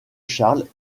charles